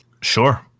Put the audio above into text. Sure